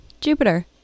Jupiter